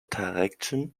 direction